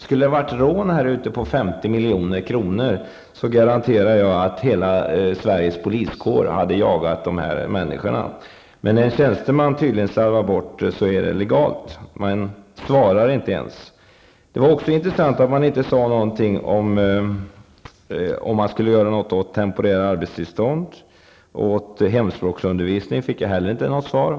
Skulle det vara ett rån här ute på 50 milj.kr., garanterar jag att hela Sveriges poliskår hade jagat förövarna. Men när en tjänsteman slarvar bort pengarna är det tydligen legalt -- man svarar inte ens. Det var också intressant att man inte sade om man skulle göra någonting åt temporära arbetstillstånd. När det gäller hemspråksundervisning fick jag inte heller något svar.